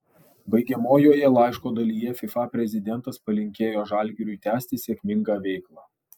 baigiamojoje laiško dalyje fifa prezidentas palinkėjo žalgiriui tęsti sėkmingą veiklą